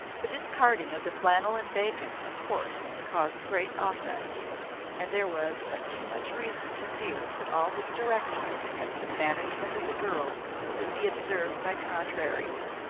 the discarding of the flannel and bacon, of course, caused great offence and there was but too much reason to fear that all his directions as to the management of the girl would be observed by contraries,